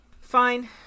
Fine